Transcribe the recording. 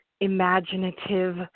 imaginative